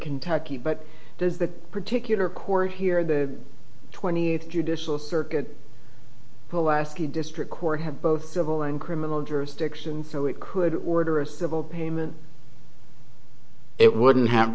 kentucky but does the particular court here the twentieth judicial circuit poleski district court have both civil and criminal jurisdiction so it could order a civil payment it wouldn't have